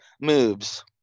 moves